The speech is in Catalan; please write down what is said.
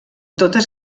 totes